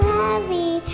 heavy